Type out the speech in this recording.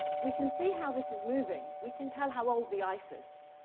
we can see how this is moving. we can tell how old the ice is.